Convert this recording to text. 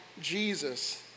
Jesus